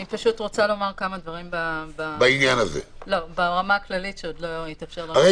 אני רוצה לומר כמה דברים ברמה הכללית שעוד לא התאפשר לנו.